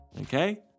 Okay